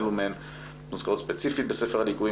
אילו מהן מוזכרות ספציפית בספר הליקויים,